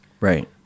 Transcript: Right